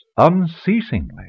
unceasingly